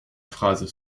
phrase